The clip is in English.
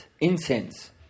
incense